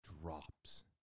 drops